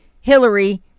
Hillary